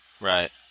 Right